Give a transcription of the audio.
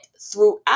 throughout